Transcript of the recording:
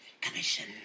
Commission